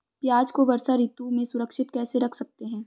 प्याज़ को वर्षा ऋतु में सुरक्षित कैसे रख सकते हैं?